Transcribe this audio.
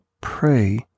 pray